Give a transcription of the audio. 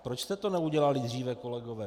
Proč jste to neudělali dříve, kolegové?